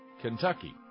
Kentucky